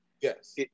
Yes